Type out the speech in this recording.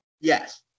Yes